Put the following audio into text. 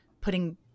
putting